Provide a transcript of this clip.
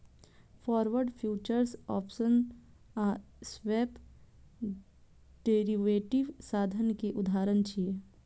forward, futures, options आ swap derivative साधन के उदाहरण छियै